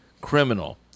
criminal